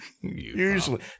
Usually